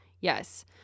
yes